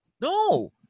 no